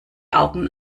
augen